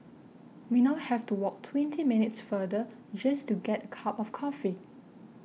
we now have to walk twenty minutes further just to get cup of coffee